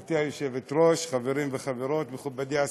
גברתי היושבת-ראש, חברים וחברות, מכובדי השר,